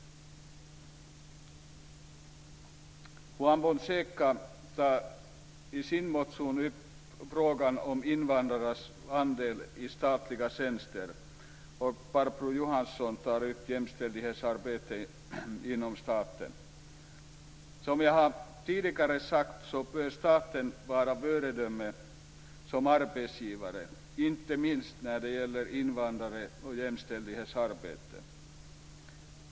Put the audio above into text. Juan Fonseca tar i sin motion upp frågan om invandrarnas andel av statliga tjänster. Barbro Johansson tar upp jämställdhetsarbetet inom staten. Som jag tidigare har sagt bör staten vara ett föredöme som arbetsgivare, inte minst när det gäller invandrare och jämställdhetsarbete.